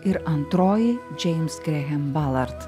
ir antroji džeims grehem balard